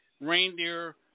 reindeer